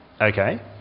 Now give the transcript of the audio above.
Okay